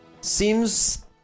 seems